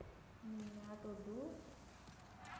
ᱢᱤᱱᱟ ᱴᱩᱰᱩ